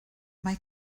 mae